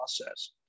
process